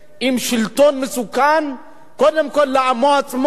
עם שלטון מסוכן קודם כול לעמו עצמו.